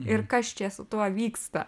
ir kas čia su tuo vyksta